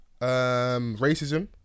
racism